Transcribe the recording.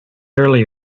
early